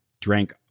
drank